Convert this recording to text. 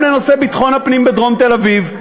גם לנושא ביטחון הפנים בדרום תל-אביב.